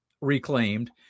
reclaimed